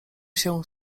się